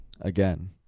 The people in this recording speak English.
Again